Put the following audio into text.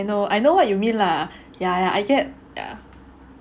I know I know what you mean lah ya ya I get ya